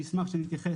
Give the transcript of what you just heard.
אני אשמח שנתייחס